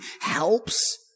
helps